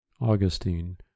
Augustine